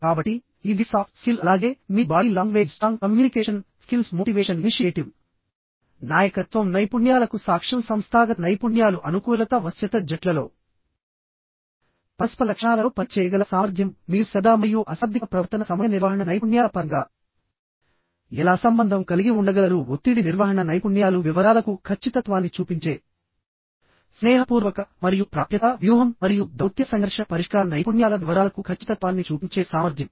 కాబట్టి ఇది soft skill అలాగే మీ body language strong communication skills motivation initiative నాయకత్వం నైపుణ్యాలకు సాక్ష్యం సంస్థాగత నైపుణ్యాలు అనుకూలత వశ్యత జట్లలో పరస్పర లక్షణాలలో పని చేయగల సామర్థ్యం మీరు శబ్ద మరియు అశాబ్దిక ప్రవర్తన సమయ నిర్వహణ నైపుణ్యాల పరంగా ఎలా సంబంధం కలిగి ఉండగలరు ఒత్తిడి నిర్వహణ నైపుణ్యాలు వివరాలకు ఖచ్చితత్వాన్ని చూపించే స్నేహపూర్వక మరియు ప్రాప్యత వ్యూహం మరియు దౌత్య సంఘర్షణ పరిష్కార నైపుణ్యాల వివరాలకు ఖచ్చితత్వాన్ని చూపించే సామర్థ్యం